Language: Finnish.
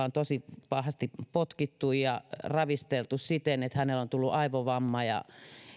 on tosi pahasti potkittu ja ravisteltu siten että hänelle on tullut aivovamma ja